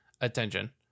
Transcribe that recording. attention